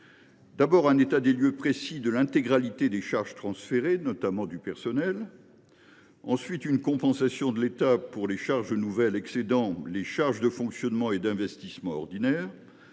savoir un état des lieux précis de l’intégralité des charges transférées, notamment pour le personnel, une compensation de l’État pour les charges nouvelles excédant les charges de fonctionnement et d’investissement ordinaires